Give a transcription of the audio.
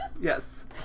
Yes